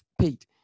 paid